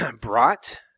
brought